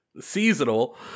seasonal